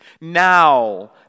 Now